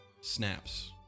snaps